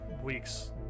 weeks